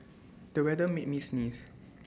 the weather made me sneeze